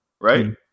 right